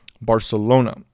barcelona